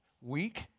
week